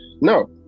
No